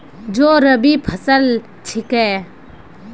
जौ रबी फसल छिके